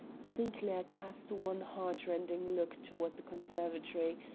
sinclair cast one heartrending look toward the conservatory,